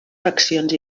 faccions